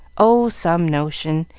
oh, some notion.